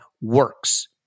works